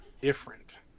different